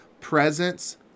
Presence